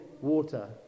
water